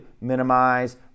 minimize